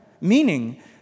meaning